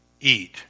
eat